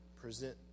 present